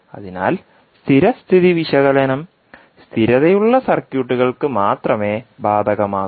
അതിനാൽ സ്ഥിരസ്ഥിതി വിശകലനം സ്ഥിരതയുള്ള സർക്യൂട്ടുകൾക്ക് മാത്രമേ ബാധകമാകൂ